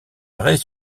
arrêt